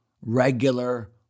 regular